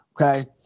okay